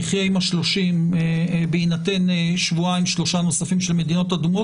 נחיה עם ה-30 ימים בהינתן שבועיים-שלושה נוספים של מדינות אדומות.